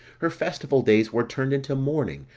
her festival days were turned into mourning,